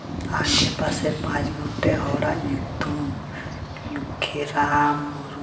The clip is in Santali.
ᱟᱰᱮᱯᱟᱥᱮ ᱯᱟᱸᱪ ᱜᱚᱴᱮᱱ ᱦᱚᱲᱟᱜ ᱧᱩᱛᱩᱢ ᱞᱚᱠᱠᱷᱤᱨᱟᱢ ᱢᱩᱨᱢᱩ